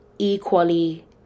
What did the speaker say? equally